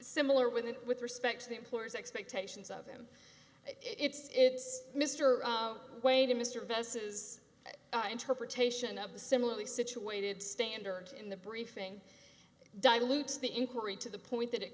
similar with and with respect to the employer's expectations of him it's mr way to mr bess's interpretation of the similarly situated standard in the briefing dilutes the inquiry to the point that it